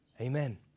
Amen